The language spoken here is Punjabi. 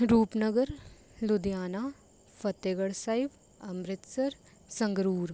ਰੂਪਨਗਰ ਲੁਧਿਆਣਾ ਫਤਿਹਗੜ੍ਹ ਸਾਹਿਬ ਅੰਮ੍ਰਿਤਸਰ ਸੰਗਰੂਰ